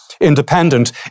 independent